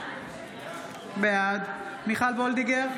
בעד מיכל מרים וולדיגר,